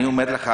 אני אומר לך,